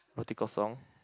Roti-Kosong